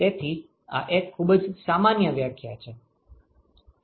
તેથી આ એક ખૂબ જ સામાન્ય વ્યાખ્યા છે